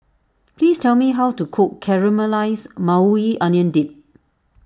please tell me how to cook Caramelized Maui Onion Dip